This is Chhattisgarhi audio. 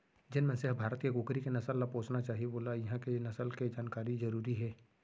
जेन मनसे ह भारत के कुकरी के नसल ल पोसना चाही वोला इहॉं के नसल के जानकारी जरूरी हे